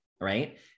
right